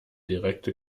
direkte